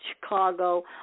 Chicago